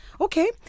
Okay